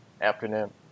Afternoon